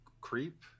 creep